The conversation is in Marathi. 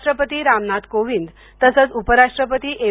राष्ट्रपती रामनाथ कोविंद तसंच उपराष्ट्रपती एम